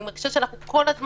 אני מרגישה שאנחנו כל הזמן,